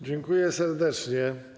Dziękuję serdecznie.